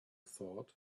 thought